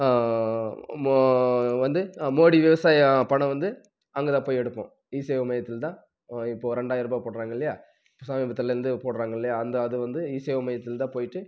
மோ வந்து மோடி விவசாய பணம் வந்து அங்கேதான் போய் எடுப்போம் இசேவை மையத்தில்தான் இப்போ ரெண்டாயரூபாய் போடுறாங்க இல்லையா சமீபத்திலருந்து போடுறாங்க இல்லையா அந்த அது வந்து இசேவை மையத்தில்தான் போய்ட்டு